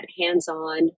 hands-on